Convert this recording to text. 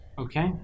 Okay